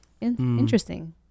Interesting